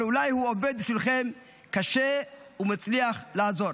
אבל אולי הוא עובד בשבילכם קשה ומצליח לעזור.